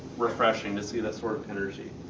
refreshing to see that sort of energy.